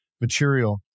material